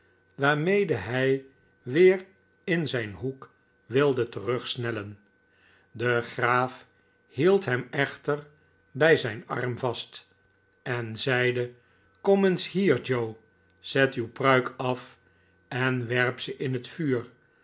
waarmede hij weer in zijn hoek wilde terugsnellen de graaf hield hem echter bij zijn arm vast en zeide kom eens hier joe zet uw pruik af en werp ze in het vuur